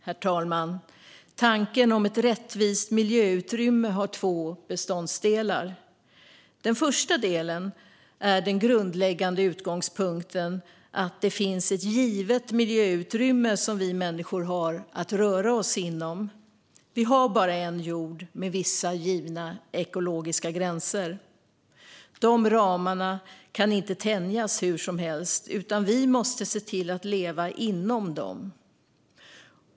Herr talman! Tanken om ett rättvist miljöutrymme har två beståndsdelar. Den första delen är den grundläggande utgångspunkten att det finns ett givet miljöutrymme som vi människor har att röra oss inom. Vi har bara en jord med vissa givna ekologiska gränser. De ramarna kan inte tänjas hur som helst, utan vi måste se till att leva inom dem.